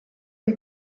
you